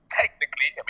technically